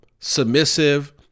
submissive